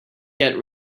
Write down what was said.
get